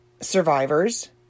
survivors